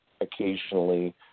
occasionally